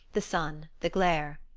the sun, the glare.